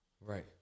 right